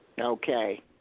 Okay